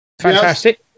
Fantastic